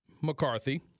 McCarthy